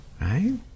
Right